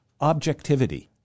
objectivity